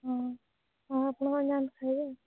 ହଁ ହଁ ଆପଣମାନେ ଯାଆନ୍ତୁ ଖାଇବେ